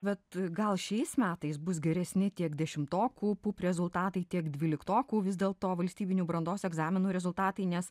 bet gal šiais metais bus geresni tiek dešimtokų pup rezultatai tiek dvyliktokų vis dėlto valstybinių brandos egzaminų rezultatai nes